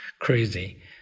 crazy